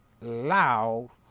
loud